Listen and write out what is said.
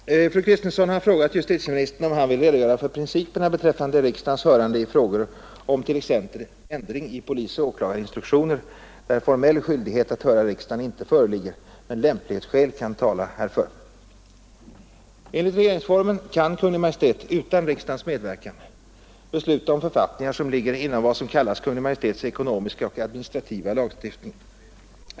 Fru talman! Fru Kristensson har frågat justitieministern om han vill redogöra för principerna beträffande riksdagens hörande i frågor om t.ex. ändring i polisoch åklagarinstruktioner, där formell skyldighet att höra riksdagen inte föreligger men lämplighetsskäl kan tala härför. Enligt regeringsformen kan Kungl. Maj:t utan riksdagens medverkan besluta om författningar som ligger inom vad som kallas Kungl. Maj:ts ekonomiska och administrativa lagstiftning.